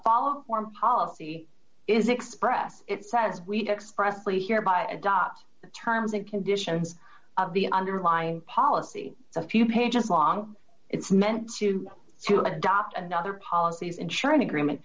follow foreign policy is expressed it says we expressly here by adopt the terms and conditions of the underlying policy a few pages long it's meant to to adopt another policies ensuring agreement